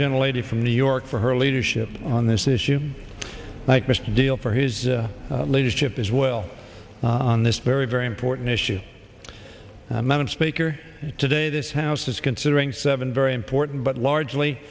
general a d from new york for her leadership on this issue like mr deal for his leadership as well on this very very important issue madam speaker today this house is considering seven very important but largely